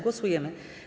Głosujemy.